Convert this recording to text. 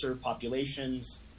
populations